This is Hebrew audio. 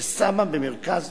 ששמה במרכז